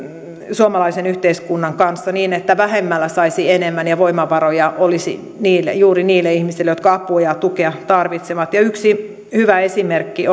suomalaisen yhteiskunnan kanssa niin että vähemmällä saisi enemmän ja voimavaroja olisi juuri niille ihmisille jotka apua ja tukea tarvitsevat yksi hyvä esimerkki